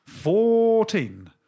Fourteen